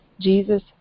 Jesus